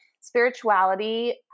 spirituality